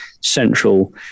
central